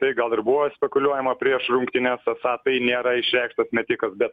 tai gal ir buvo spekuliuojama prieš rungtynes esą tai nėra išreikštas metikas bet